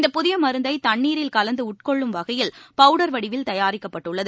இந்த புதிய மருந்தை தண்ணீரில் கலந்து உட்கொள்ளும் வகையில் பவுடர் வடிவில் தயாரிக்கப்பட்டுள்ளது